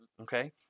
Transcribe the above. Okay